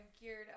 geared